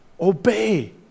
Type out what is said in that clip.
Obey